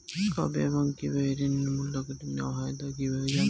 কবে এবং কিভাবে ঋণের মূল্য কেটে নেওয়া হয় তা কিভাবে জানবো?